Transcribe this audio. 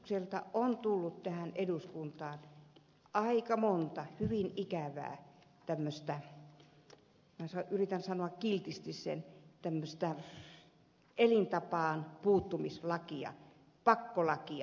hallitukselta on tullut tähän eduskuntaan aika monta hyvin ikävää tämmöistä yritän sanoa sen kiltisti elämäntapaanpuuttumislakia pakkolakia